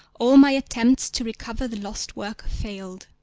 all my attempts to recover the lost work failed.